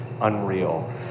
unreal